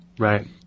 Right